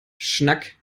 schnack